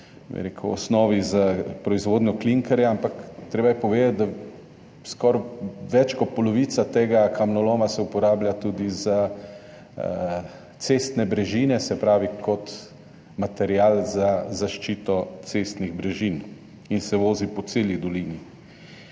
v osnovi za proizvodnjo klinkerja, ampak treba je povedati, da se več kot polovica tega kamnoloma uporablja tudi za cestne brežine, se pravi kot material za zaščito cestnih brežin, in se vozi po celi dolini.